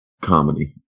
comedy